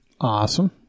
Awesome